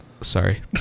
Sorry